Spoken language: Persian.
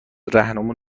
رهنمون